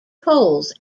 poles